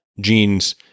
genes